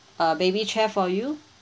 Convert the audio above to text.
a baby chair for you